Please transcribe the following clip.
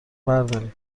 برداری